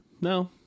no